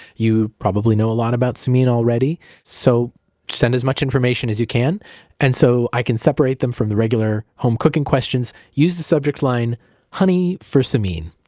you probably know a lot about samin already so send as much information as you can and so i can seperate them from the regular home cooking questions, use the subject line honey for samin.